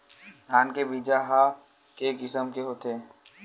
धान के बीजा ह के किसम के होथे?